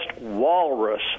walrus